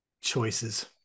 Choices